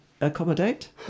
accommodate